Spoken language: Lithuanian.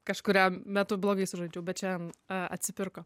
kažkurią metu blogai sužaidžiau bet šiandien atsipirko